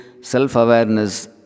self-awareness